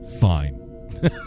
Fine